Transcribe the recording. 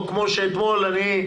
לי: